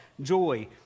joy